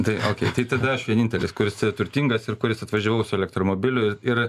tai okėj tai tada aš vienintelis kuris yra turtingas ir kuris atvažiavau su elektromobiliu ir